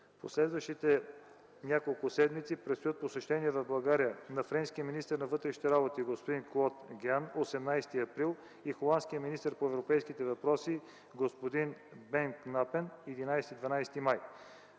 В следващите няколко седмици предстоят посещения в България на френския министър на вътрешните работи господин Клод Геан – 18 април, и холандския министър по европейските въпроси господин Бен Кнапен – 11 и 12 май